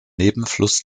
nebenfluss